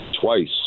twice